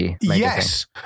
yes